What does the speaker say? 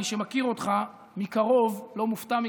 מי שמכיר אותך מקרוב לא מופתע מכך.